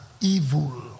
evil